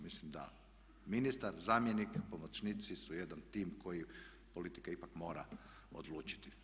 Mislim da ministar, zamjenik, pomoćnici su jedan tim koji politika ipak mora odlučiti.